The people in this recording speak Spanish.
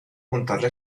contarle